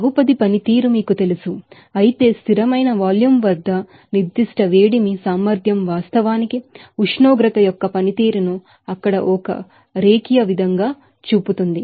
polynomial function మీకు తెలుసు అయితే కాన్స్టాంట్ వాల్యూం స్థిరమైన వాల్యూమ్constant volumeవద్ద స్పెసిఫిక్ హీట్ కెపాసిటీ వాస్తవానికి ఉష్ణోగ్రత యొక్క పనితీరును అక్కడ ఒక లినియర్ ఫంక్షన్ గా చూపుతుంది